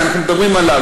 אז אנחנו מדברים עליו.